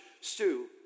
stew